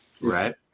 Right